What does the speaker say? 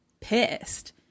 pissed